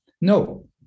No